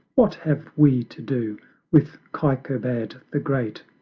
what have we to do with kaikobad the great,